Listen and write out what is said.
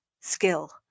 skill